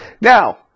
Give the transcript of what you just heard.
Now